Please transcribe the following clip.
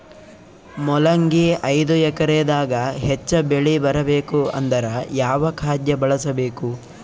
ಮೊಲಂಗಿ ಐದು ಎಕರೆ ದಾಗ ಹೆಚ್ಚ ಬೆಳಿ ಬರಬೇಕು ಅಂದರ ಯಾವ ಖಾದ್ಯ ಬಳಸಬೇಕು?